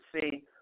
see